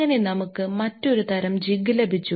അങ്ങനെ നമുക്ക് മറ്റൊരു തരം ജിഗ് ലഭിച്ചു